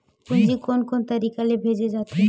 पूंजी कोन कोन तरीका ले भेजे जाथे?